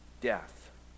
death